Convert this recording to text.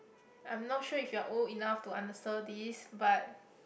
I'm not sure if you're old enough to answer this but